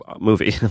movie